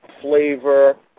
flavor